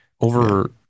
over